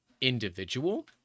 individual